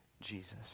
Jesus